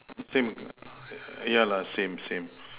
same yeah lah same same